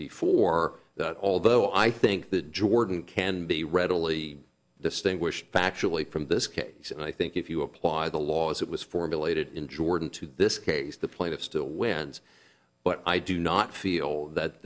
before that although i think that jordan can be readily distinguish factually from this and i think if you apply the law as it was formulated in jordan to this case the plaintiff still wins but i do not feel that